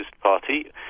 Party